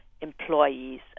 employees